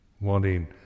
Wanting